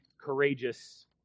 courageous